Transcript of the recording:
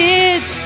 Kids